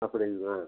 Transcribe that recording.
அப்படிங்களா